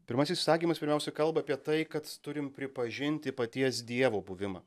pirmasis įsakymas pirmiausia kalba apie tai kad turim pripažinti paties dievo buvimą